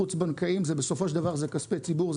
חוץ בנקאיים בסופו של דבר זה כספי ציבור,